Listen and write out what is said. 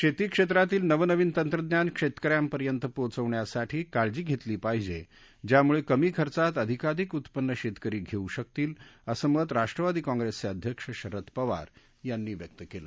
शेती क्षेत्रातील नवनवीन तंत्रज्ञान शेतक यांपर्यंत पोचवण्यासाठी काळजी घेतली पाहिजे ज्यामुळे कमी खर्चात अधिकाधिक उत्पन्न शेतकरी घेऊ शकतील असं मत राष्ट्रवादी काँग्रेसचे अध्यक्ष शरद पवार यांनी व्यक्त केलं